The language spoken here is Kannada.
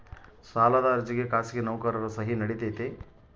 ಸಾಲದ ಅರ್ಜಿಗೆ ಖಾಸಗಿ ನೌಕರರ ಸಹಿ ನಡಿತೈತಿ?